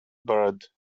bird